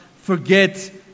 forget